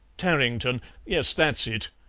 tarrington yes, that's it.